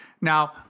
Now